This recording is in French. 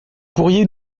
pourriez